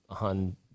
on